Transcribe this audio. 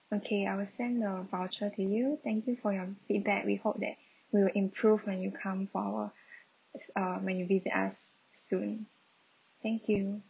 okay I will send the voucher to you thank you for your feedback we hope that we will improve when you come for our uh when you visit us soon thank you